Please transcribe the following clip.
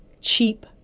cheap